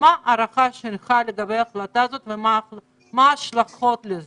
מה ההערכה שלך לגבי ההחלטה הזו ומה ההשלכות של זה.